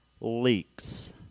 leaks